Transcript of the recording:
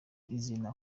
izina